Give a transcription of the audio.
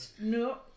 no